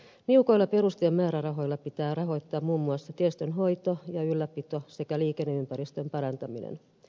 niukoilla perustiemäärärahoilla pitää rahoittaa muun muassa tiestön hoito ja ylläpito sekä liikenneympäristön parantaminen